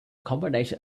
combination